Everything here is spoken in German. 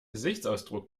gesichtsausdruck